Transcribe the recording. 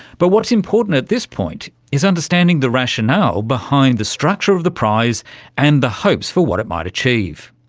but what's important at this point is understanding the rationale behind the structure of the prize and the hopes for what it might achieve.